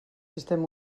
sistema